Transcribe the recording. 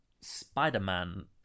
Spider-Man